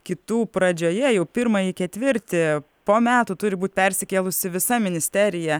kitų pradžioje jau pirmąjį ketvirtį po metų turi būt persikėlusi visa ministerija